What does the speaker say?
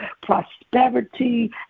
Prosperity